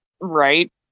Right